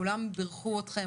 כולם בירכו אתכם